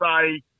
say